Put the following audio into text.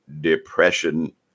depression